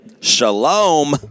Shalom